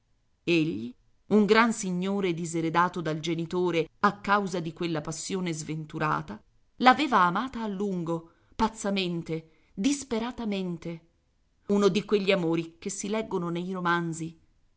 egli un gran signore diseredato dal genitore a causa di quella passione sventurata aveva amata a lungo pazzamente disperatamente uno di quegli amori che si leggono nei romanzi